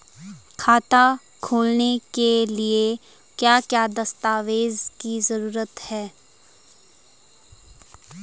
खाता खोलने के लिए क्या क्या दस्तावेज़ की जरूरत है?